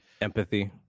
Empathy